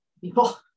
people